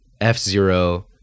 F-Zero